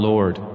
Lord